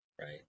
right